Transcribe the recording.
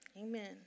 Amen